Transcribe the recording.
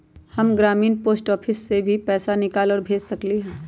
हम ग्रामीण post office से भी पैसा निकाल और भेज सकेली?